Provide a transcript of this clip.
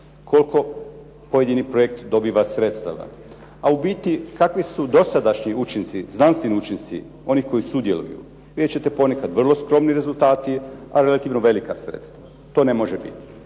koliko pojedini projekt dobiva sredstava, a u biti kakvi su dosadašnji učinci, znanstveni učinci onih koji sudjeluju. Vidjet ćete ponekad vrlo skromni rezultati, a relativno velika sredstva. To ne može biti.